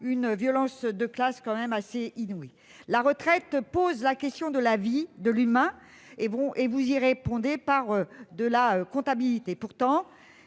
d'une violence de classe assez inouïe. La retraite pose la question de la vie et de l'humain ; vous y répondez par de la comptabilité ... Pourtant,